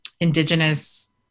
Indigenous